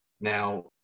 Now